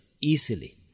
easily